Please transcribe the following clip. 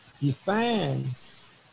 defines